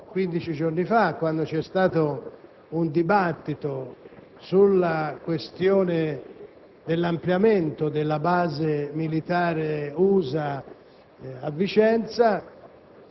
giorni fa, quando c'è stato il dibattito sulla questione dell'ampliamento della base militare USA a Vicenza,